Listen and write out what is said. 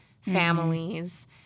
families